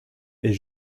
est